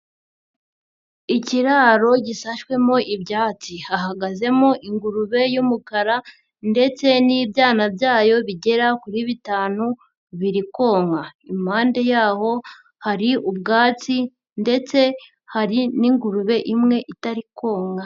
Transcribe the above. Ikiraro gisashwemo ibyatsi, hahagazemo ingurube y'umukara ndetse n'ibyana byayo bigera kuri bitanu biri konka, impande yaho hari ubwatsi ndetse hari n'ingurube imwe itari konka.